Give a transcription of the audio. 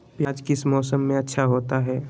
प्याज किस मौसम में अच्छा होता है?